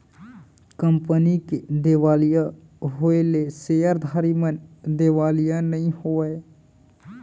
company के देवालिया होएले सेयरधारी मन देवालिया नइ होवय